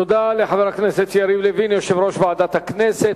תודה לחבר הכנסת יריב לוין, יושב-ראש ועדת הכנסת.